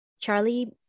Charlie